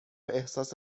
احساس